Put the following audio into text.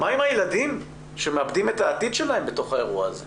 מה עם הילדים שמאבדים את העתיד שלהם בתוך האירוע הזה?